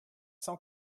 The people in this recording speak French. cent